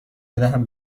بدهم